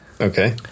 okay